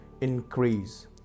increase